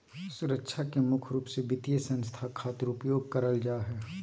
सुरक्षा के मुख्य रूप से वित्तीय संस्था खातिर उपयोग करल जा हय